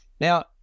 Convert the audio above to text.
Now